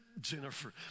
Jennifer